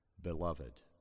beloved